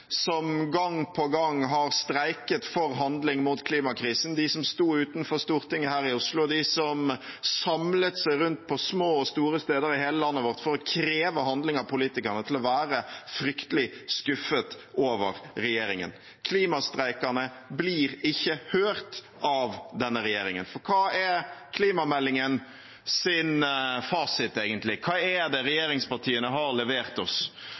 som gang på gang har streiket for handling mot klimakrisen, de som sto utenfor Stortinget her i Oslo, de som samlet seg rundt på små og store steder i hele landet vårt for å kreve handling av politikerne, til å være fryktelig skuffet over regjeringen. Klimastreikerne blir ikke hørt av denne regjeringen. For hva er klimameldingens fasit, egentlig? Hva er det regjeringspartiene har levert oss?